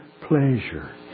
pleasure